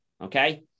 okay